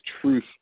truth